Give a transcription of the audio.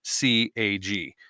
CAG